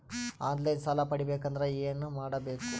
On line ಸಾಲ ಪಡಿಬೇಕಂದರ ಏನಮಾಡಬೇಕು?